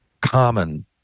common